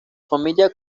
familia